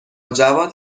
جواد